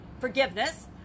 forgiveness